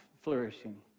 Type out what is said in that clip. flourishing